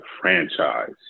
franchise